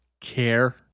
care